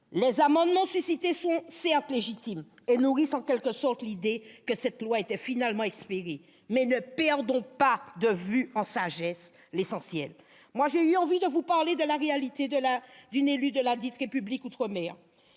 Les amendements suscités sont certes légitimes et nourrissent en quelque sorte l'idée que cette loi était finalement espérée. Mais ne perdons pas de vue, en sagesse, l'essentiel. Moi, j'ai eu envie de vous parler de la réalité d'une élue de ladite République d'outre-mer,